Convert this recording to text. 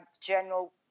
general